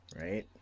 Right